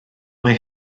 mae